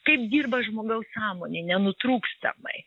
kaip dirba žmogaus sąmonė nenutrūkstamai